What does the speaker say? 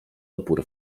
opór